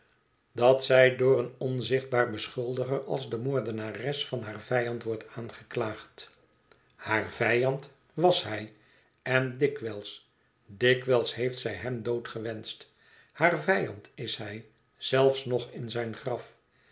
dat zij door een onzichtbaar beschuldiger als de moordenares van haar vijand wordt aangeklaagd haar vijand was hij en dikwijls dikwijls heeft zij hem dood gewenscht haar vijand is hij zelfs nog in zijn graf